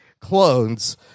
clones